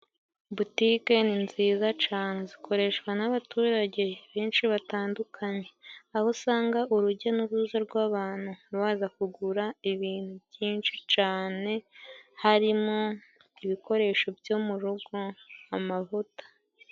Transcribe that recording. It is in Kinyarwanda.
Butike ni nziza cane zikoreshwa n'abaturage benshi batandukanye, aho usanga urujya n'uruza rw'abantu baza kugura ibintu byinshi cane, harimo ibikoresho byo mu rugo amavuta.